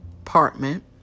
apartment